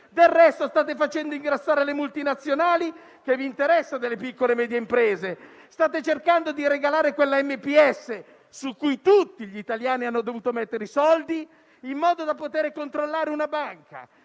Del resto, state facendo ingrassare le multinazionali; cosa vi interessa delle piccole e medie imprese? State cercando di regalare quella Monte dei Paschi di Siena su cui tutti gli italiani hanno dovuto mettere i soldi, in modo da poter controllare una banca.